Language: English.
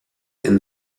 and